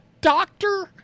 doctor